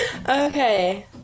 okay